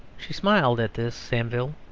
she smiled at this, samivel.